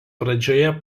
pradžioje